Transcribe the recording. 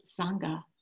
sangha